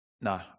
no